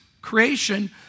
creation